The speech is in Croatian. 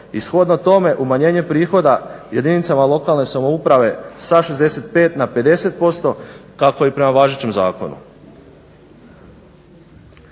shodno tome umanjenje prihoda jedinicama lokalne samouprave sa 65 na 50% kako je i prema važećem zakonu.